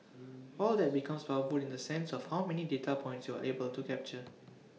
all that becomes powerful in the sense of how many data points you are able to capture